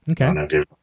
Okay